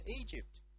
Egypt